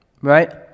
right